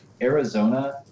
Arizona